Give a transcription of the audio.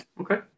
Okay